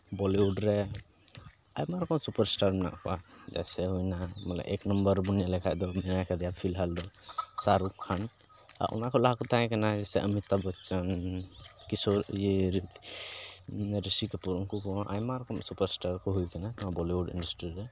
Bollywood ᱨᱮ ᱟᱭᱢᱟ ᱨᱚᱠᱚᱢ ᱥᱩᱯᱟᱨᱥᱴᱟᱨ ᱢᱮᱱᱟᱜ ᱠᱚᱣᱟ ᱪᱮᱫᱟᱜ ᱥᱮ ᱦᱩᱭᱱᱟ ᱮᱠ ᱱᱚᱢᱵᱚᱨ ᱧᱮᱞ ᱞᱮᱠᱷᱟᱱ ᱫᱚ ᱢᱮᱱᱟᱭ ᱠᱟᱫᱮᱭᱟ ᱯᱷᱤᱞ ᱦᱟᱞ ᱫᱚ ᱥᱟᱹᱨᱩᱠᱠᱷᱟᱱ ᱟᱨ ᱚᱱᱟ ᱠᱷᱚᱱ ᱞᱟᱦᱟ ᱠᱚ ᱛᱟᱦᱮᱸ ᱠᱟᱱᱟ ᱡᱮᱭᱥᱮ ᱚᱢᱤᱛᱟᱵᱷ ᱵᱚᱪᱪᱚᱱ ᱠᱤᱥᱳᱨ ᱤᱭᱟᱹ ᱨᱤᱥᱤ ᱠᱟᱹᱯᱩᱨ ᱩᱱᱠᱩ ᱠᱚᱦᱚᱸ ᱟᱭᱢᱟ ᱨᱚᱠᱚᱢ ᱥᱩᱯᱟᱨ ᱥᱴᱟᱨ ᱠᱚ ᱦᱩᱭ ᱠᱟᱱᱟ ᱱᱚᱣᱟ ᱵᱚᱞᱤᱩᱰ ᱤᱱᱰᱟᱥᱴᱨᱤ ᱨᱮ